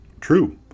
True